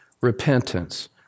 Repentance